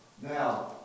now